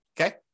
okay